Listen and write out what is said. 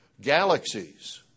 galaxies